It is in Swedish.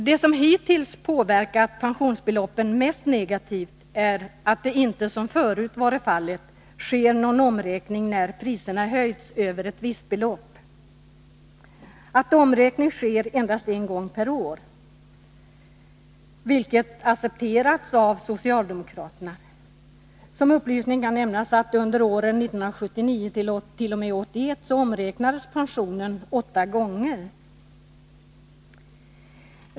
Det som hittills har påverkat pensionsbeloppen mest negativt är att det inte, som förut har varit fallet, sker någon omräkning när priserna höjts över ett visst belopp. Omräkning sker endast en gång per år, vilket har accepterats av socialdemokraterna. Som upplysning kan nämnas att pensionen omräknades åtta gånger under åren 1979-1981.